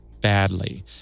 badly